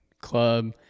club